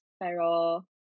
Pero